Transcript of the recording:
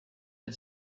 had